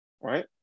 right